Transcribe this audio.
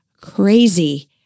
crazy